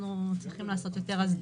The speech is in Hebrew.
אנחנו צריכים לעשות יותר הסברה.